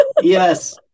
Yes